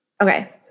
Okay